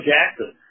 Jackson